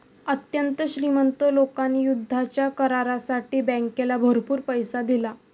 अत्यंत श्रीमंत लोकांनी युद्धाच्या करारासाठी बँकेला भरपूर पैसा दिला